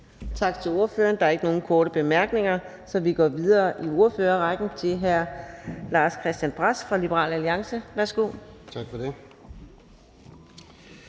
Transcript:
Tak til ordføreren. Der er ikke nogen korte bemærkninger, så vi går videre i ordførerrækken til hr. Lars-Christian Brask fra Liberal Alliance. Værsgo. Kl.